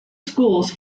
schools